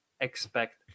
expect